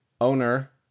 owner